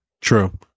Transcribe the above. True